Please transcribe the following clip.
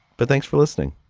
but thanks for listening